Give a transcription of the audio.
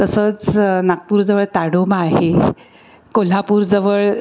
तसंच नागपूरजवळ ताडोबा आहे कोल्हापूरजवळ